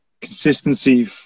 consistency